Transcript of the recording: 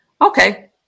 Okay